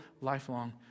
lifelong